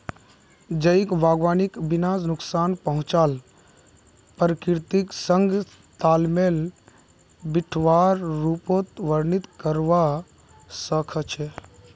जैविक बागवानीक बिना नुकसान पहुंचाल प्रकृतिर संग तालमेल बिठव्वार रूपत वर्णित करवा स ख छ